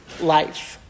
life